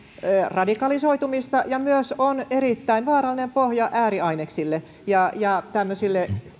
radikalisoitumista ja on myös erittäin vaarallinen pohja ääriaineksille ja ja